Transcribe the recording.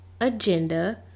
agenda